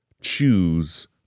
choose